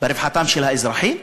ברווחתם של האזרחים,